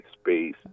space